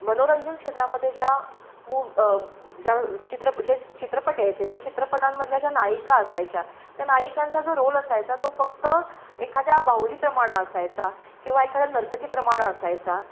मनोरंजनक्षेत्रामध्ये ज्या मूव ज्या चित्र जे चित्रपट यायचे त्या चित्रपटांमधल्या ज्या नायिका असायच्या त्या नायिकांचा जो रोल असायचा तो फक्त एखाद्या बाहुलीप्रमाणं असायचा किंवा एखाद्या नर्तकीप्रमाणं असायचा